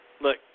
Look